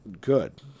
good